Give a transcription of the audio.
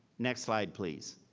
next slide, please.